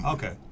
Okay